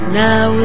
now